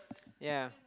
ya